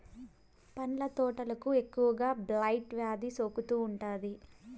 పండ్ల తోటలకు ఎక్కువగా బ్లైట్ వ్యాధి సోకుతూ ఉంటాది